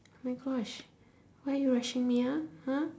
my gosh why you rushing me ah !huh!